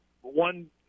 one